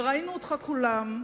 וראינו אותך, כולם,